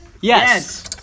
yes